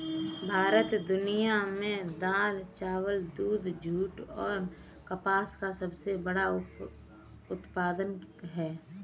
भारत दुनिया में दाल, चावल, दूध, जूट और कपास का सबसे बड़ा उत्पादक है